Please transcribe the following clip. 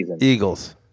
eagles